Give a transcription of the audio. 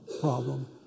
problem